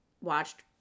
watched